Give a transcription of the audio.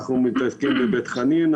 אנחנו מתעסקים בבית חנינה,